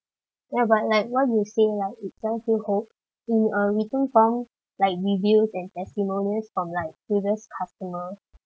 ya but like what you say like it sells you hope in a written form like reviews and testimonials from like previous customer